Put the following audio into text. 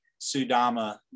Sudama